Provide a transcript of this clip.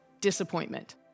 disappointment